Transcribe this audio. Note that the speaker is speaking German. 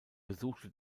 besuchte